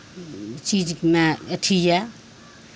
चीजमे अथी यए